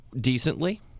decently